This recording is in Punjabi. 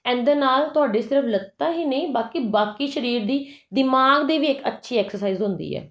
ਇਹਦੇ ਨਾਲ ਤੁਹਾਡੀ ਸਿਰਫ ਲੱਤਾਂ ਹੀ ਨਹੀਂ ਬਾਕੀ ਬਾਕੀ ਸਰੀਰ ਦੀ ਦਿਮਾਗ ਦੀ ਵੀ ਇੱਕ ਅੱਛੀ ਐਕਸਰਸਾਈਜ਼ ਹੁੰਦੀ ਹੈ